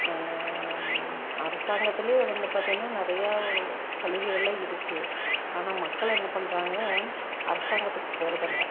அரசாங்கத்திலேயே வந்து பார்த்தீங்கன்னா நிறைய சலுகைகளெல்லாம் இருக்குது ஆனால் மக்கள் என்ன பண்ணுறாங்க அரசாங்கத்துக்குப் போகிறதில்ல